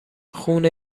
خونه